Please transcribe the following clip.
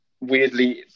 weirdly